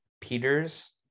Peters